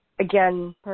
again